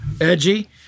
edgy